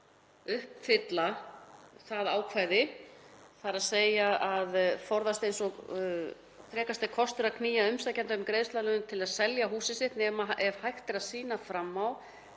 uppfylla það ákvæði, þ.e. að forðast eins og frekast er kostur að knýja umsækjanda um greiðsluaðlögun til að selja húsið sitt nema ef hægt er að sýna fram á